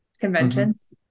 conventions